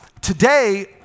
today